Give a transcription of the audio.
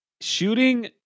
shooting